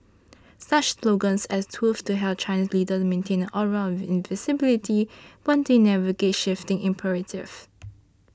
such slogans as tools to help Chinese leaders maintain an aura of invincibility while they navigate shifting imperatives